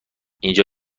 اینجا